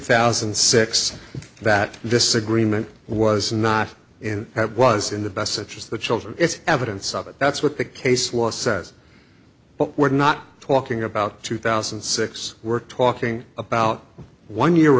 thousand and six that this agreement was not in that was in the best interest the children it's evidence of it that's what the case law says but we're not talking about two thousand and six we're talking about one year